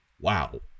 wow